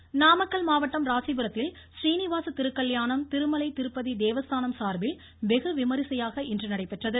கோவில் நாமக்கல் மாவட்டம் ராசிபுரத்தில் றீனிவாஸ திருக்கல்யாணம் திருமலை திருப்பதி தேவஸ்தானம் சார்பில் வெகு விமர்சையாக இன்று நடைபெற்றது